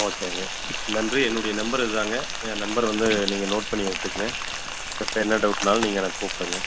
ஓகேங்க நன்றி என்னுடைய நம்பர் இது தாங்க என் நம்பரு வந்து நீங்கள் நோட் பண்ணி வச்சிக்ங்க எப்போ என்ன டௌட்னாலும் நீங்கள் எனக்கு கூப்பிடுங்க